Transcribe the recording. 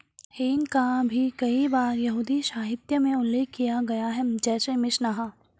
हींग का भी कई बार यहूदी साहित्य में उल्लेख किया गया है, जैसे मिशनाह